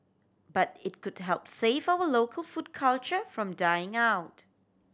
but it could help save our local food culture from dying out